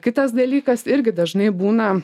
kitas dalykas irgi dažnai būna